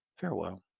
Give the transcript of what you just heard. Farewell